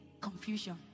confusion